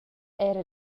era